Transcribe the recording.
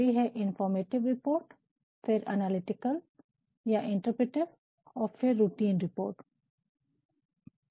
पहली है informative report informative सूचनात्मक फिर एनालिटिकल analytical विश्लेषात्मक या इंटरप्रेटिव interpretive विवरणत्मक और फिर रूटीन रिपोर्ट routine दैनिक रिपोर्ट